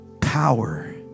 Power